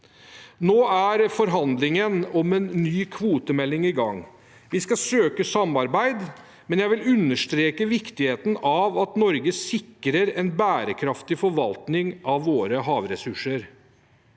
Nå er forhandlingen om en ny kvotemelding i gang. Vi skal søke samarbeid, men jeg vil understreke viktigheten av at vi i Norge sikrer en bærekraftig forvaltning av våre havressurser.